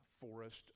forest